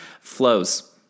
flows